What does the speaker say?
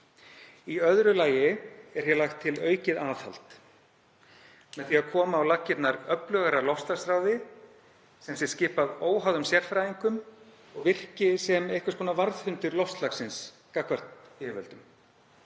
Í öðru lagi er hér lagt til aukið aðhald með því að koma á laggirnar öflugra loftslagsráði sem sé skipað óháðum sérfræðingum og virki sem einhvers konar varðhundur loftslagsins gagnvart yfirvöldum.